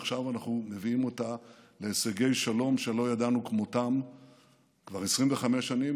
ועכשיו אנחנו מביאים אותה להישגי שלום שלא ידענו כמותם כבר 25 שנה,